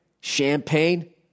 Champagne